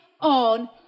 on